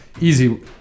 Easy